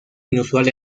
inusual